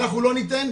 אנחנו לא ניתן,